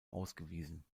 ausgewiesen